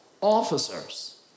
officers